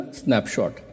snapshot